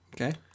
Okay